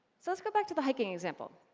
so, let's go back to the hiking example.